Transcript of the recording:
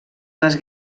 les